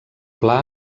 pla